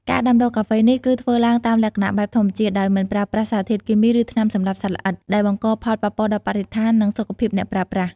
ការដាំដុះកាហ្វេនេះ គឺធ្វើឡើងតាមលក្ខណៈបែបធម្មជាតិ ដោយមិនប្រើប្រាស់សារធាតុគីមី ឬថ្នាំសម្លាប់សត្វល្អិត ដែលបង្កផលប៉ះពាល់ដល់បរិស្ថាន និងសុខភាពអ្នកប្រើប្រាស់។